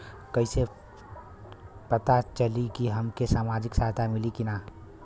कइसे से पता चली की हमके सामाजिक सहायता मिली की ना?